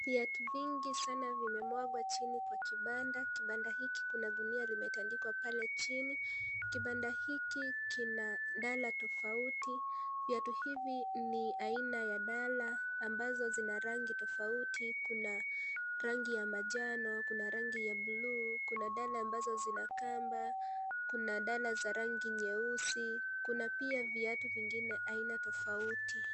Viatu vingi sana vimemwagwa chini kwa kibanda, kibanda hiki kuna gunia limetandikwa pale chini, kibanda hiki kina dala tofauti, viatu hivi ni aina ya dala ambazo zina rangi tofauti, kuna rangi ya manjano, kuna rangi ya buluu, kuna dala ambazo zina kamba, kuna dala za rangi nyeusi, kuna pia viatu vingine aina tofauti.